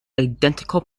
identical